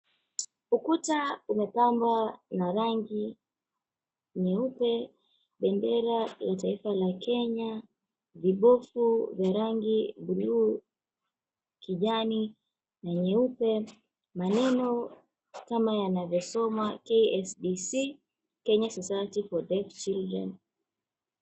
Ukuta umepambwa na rangi nyeupe, bendera ya taifa la Kenya, viboko vya rangi bluu, kijani na nyeupe. Maneno kama yanavyosomwa, KSDC Kenya Society For Dead Children.